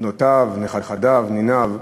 בנותיו, נכדיו, ניניו,